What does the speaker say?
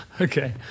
Okay